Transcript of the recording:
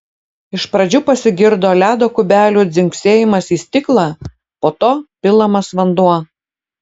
iš pradžių pasigirdo ledo kubelių dzingsėjimas į stiklą po to pilamas vanduo